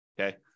Okay